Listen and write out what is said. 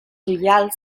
ullals